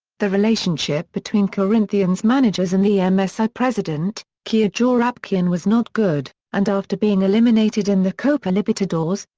the relationship between corinthians' managers and the msi um ah so president, kia joorabchian was not good, and after being eliminated in the copa libertadores,